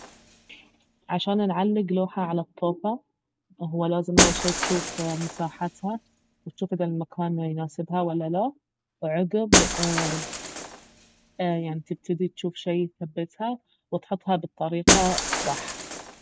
عشان نعلق لوحة على الطوفة اهو لازم اول شي تجوف مساحتها وتجوف اذا المكان يناسبها ولا لا وعقب يعني تبتدي تجوف شي يثبتها وتحطها بالطريقة الصح